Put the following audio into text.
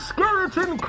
Skeleton